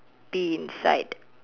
be inside